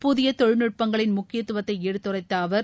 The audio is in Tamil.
புதிய தொழில்நுட்பங்களின் முக்கியத்துவத்தை எடுத்துரைத்த அவர்